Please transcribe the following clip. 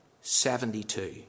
Seventy-two